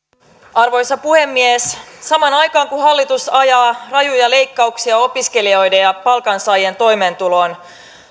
arvoisa puhemies samaan aikaan kun hallitus ajaa rajuja leikkauksia opiskelijoiden ja palkansaajien toimeentuloon